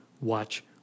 watch